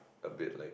a bit like